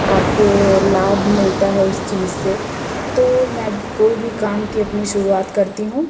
आपको लाभ मिलता है उस चीज से तो मैं कोई भी काम की अपनी शुरुआत करती हूँ